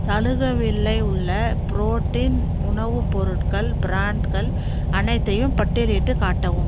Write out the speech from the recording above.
சலுகை விலை உள்ள ப்ரோட்டின் உணவுப் பொருட்கள் பிராண்ட்கள் அனைத்தையும் பட்டியலிட்டுக் காட்டவும்